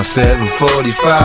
745